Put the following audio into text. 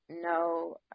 No